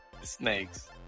snakes